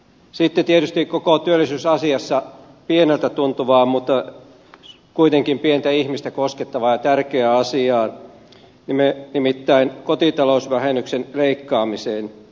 sitten tietysti koko työllisyysasiassa pieneltä tuntuvaan mutta kuitenkin pientä ihmistä koskettavaan ja tärkeään asiaan nimittäin kotitalousvähennyksen leikkaamiseen